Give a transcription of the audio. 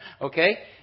Okay